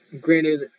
granted